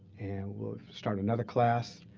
and we'll start another class